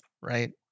right